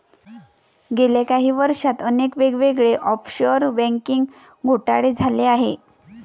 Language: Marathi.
गेल्या काही वर्षांत अनेक वेगवेगळे ऑफशोअर बँकिंग घोटाळे झाले आहेत